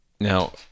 now